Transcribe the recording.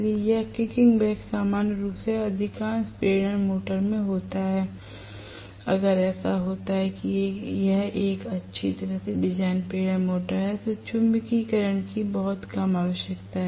इसलिए यह kicking back सामान्य रूप से अधिकांश प्रेरण मोटर्स में होता है अगर ऐसा होता है कि यह एक अच्छी तरह से डिजाइन प्रेरण मोटर है जिसे चुंबकीयकरण की बहुत कम आवश्यकता है